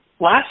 last